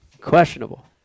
Questionable